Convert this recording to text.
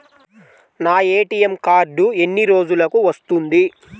నా ATM card ఎన్ని రోజులకు వస్తుంది?